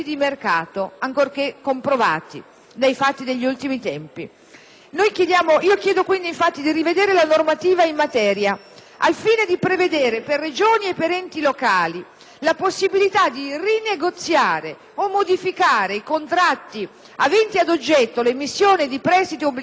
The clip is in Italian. Chiedo quindi di rivedere la normativa in materia, al fine di prevedere per Regioni ed enti locali la possibilità di rinegoziare o modificare i contratti aventi ad oggetto l'emissione di prestiti obbligazionari con rimborso del capitale a scadenza in forma fissa,